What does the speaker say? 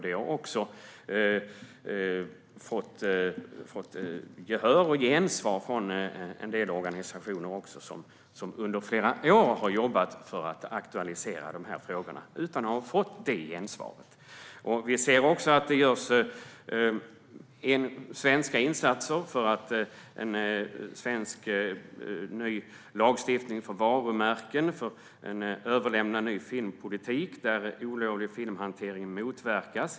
Vi har också fått gehör från en del organisationer som under flera år har jobbat för att aktualisera de här frågorna utan att få gensvar. Det görs insatser för en ny svensk lagstiftning om varumärken, och det kommer en ny filmpolitik, där olovlig filmhantering motverkas.